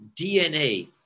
DNA